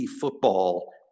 football